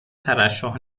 ترشح